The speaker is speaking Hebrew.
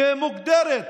שמוגדרת